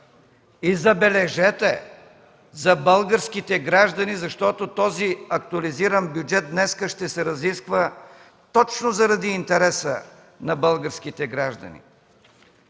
и, забележете, за българските граждани, защото този актуализиран бюджет днес ще се разисква точно заради интереса на българските граждани.